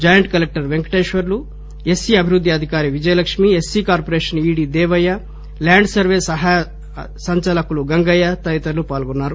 joint collector Venkateswarlu SP అభివృద్ది అధికారి Vijayalakshmi SP corporation ED Devayya land survey సహాయ సంచాలకులు గంగయ్య జిల్లా అధికారులు పాల్గొన్నారు